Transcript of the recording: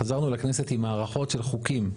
חזרנו לכנסת עם הארכות של חוקים.